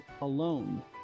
alone